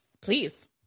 Please